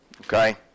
Okay